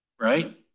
right